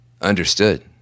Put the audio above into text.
understood